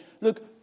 look